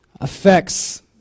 affects